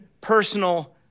personal